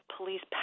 Police